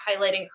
highlighting